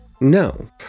no